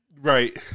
right